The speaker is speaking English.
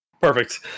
perfect